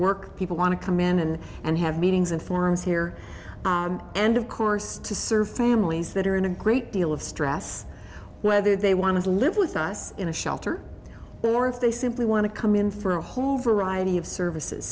work people want to come in and have meetings and forums here and of course to serve families that are in a great deal of stress whether they want to live with us in a shelter or if they simply want to come in for a whole variety of services